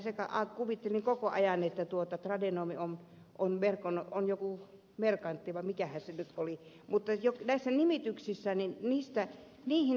minä kuvittelin koko ajan että tradenomi on joku merkantti vai mikähän se nyt oli mutta jo tässä nimityksissäni niistä mihin